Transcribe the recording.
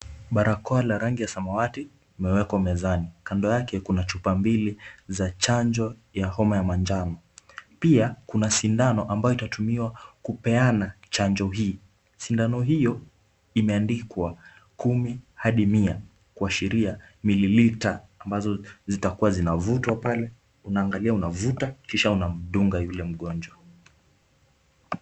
Barakoa la rangi ya samawati limewekwa mezani, kando yake kuna chupa mbili za chanjo ya homa ya manjano. Pia kuna sindano ambayo itatumiwa kupeana chanjo hii. Sindano hiyo imeandikwa kumi hadi mia kuashiria mililita ambazo zitakuwa zinavutwa pale, unaangalia unavuta kisha unamdunga yule mgonjwa.